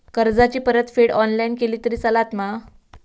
कर्जाची परतफेड ऑनलाइन केली तरी चलता मा?